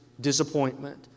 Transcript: disappointment